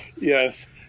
Yes